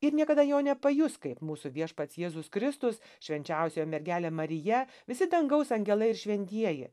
ir niekada jo nepajus kaip mūsų viešpats jėzus kristus švenčiausioji mergelė marija visi dangaus angelai ir šventieji